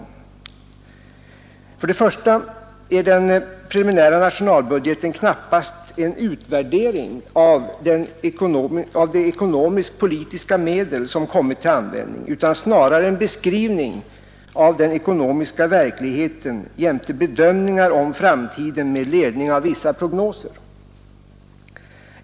För det första är emellertid den preliminära nationalbudgeten knappast en utvärdering av de ekonomisk-politiska medel som kommit till användning, utan snarare en beskrivning av den ekonomiska verkligheten jämte bedömningar av framtiden med ledning av vissa prognoser.